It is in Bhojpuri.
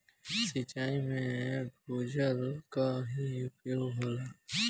सिंचाई में भूजल क ही उपयोग होला